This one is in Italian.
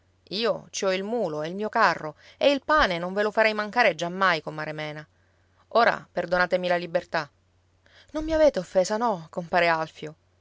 io ci ho il mulo e il mio carro e il pane non ve lo farei mancare giammai comare mena ora perdonatemi la libertà non mi avete offesa no compare alfio